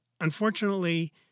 unfortunately